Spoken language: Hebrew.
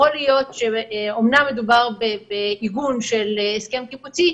יכול להיות שאומנם מדובר בעיגון של הסכם קיבוצי,